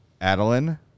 Adeline